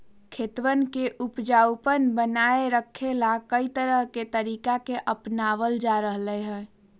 खेतवन के उपजाऊपन बनाए रखे ला, कई तरह के तरीका के अपनावल जा रहले है